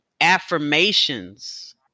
affirmations